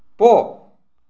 போ